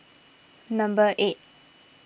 number eight